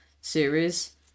series